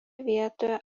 vietoje